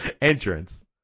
entrance